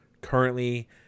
currently